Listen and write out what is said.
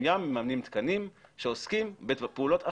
ים ממנים תקנים שעוסקים בפעילויות אחרות?